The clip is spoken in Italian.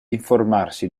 informarsi